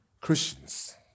Christians